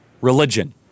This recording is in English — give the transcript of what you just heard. religion